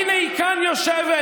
הינה, היא כאן יושבת.